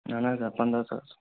اہن حظ آ پنٛداہ ساس